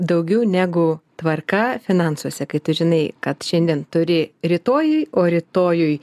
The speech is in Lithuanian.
daugiau negu tvarka finansuose kai tu žinai kad šiandien turi rytojui o rytojui